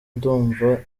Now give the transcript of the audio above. ndumva